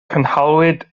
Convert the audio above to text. cynhaliwyd